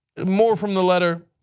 more from the letter.